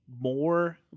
more